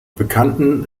bekannten